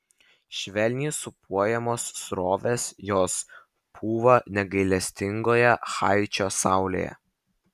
švelniai sūpuojamos srovės jos pūva negailestingoje haičio saulėje